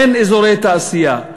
אין אזורי תעשייה,